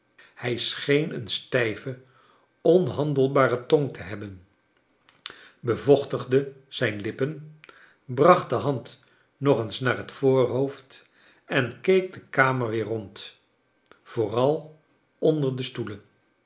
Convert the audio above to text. hij scheen een stijve onhandelbare tong te hebben bevochtigde zijn lippen bracht de hand nog eens naar bet voorhoofd en keek de kamer weer rond vooral onder de stoelen